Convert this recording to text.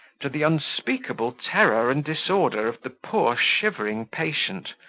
to the unspeakable terror and disorder of the poor shivering patient,